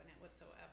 whatsoever